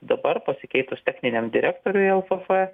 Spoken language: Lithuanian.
dabar pasikeitus techniniam direktoriui el fe fe